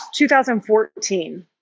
2014